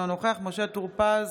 אינו נוכח משה טור פז,